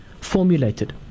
formulated